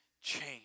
change